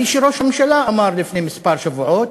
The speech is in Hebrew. כפי שראש הממשלה אמר לפני כמה שבועות,